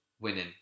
winning